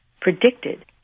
predicted